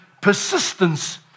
persistence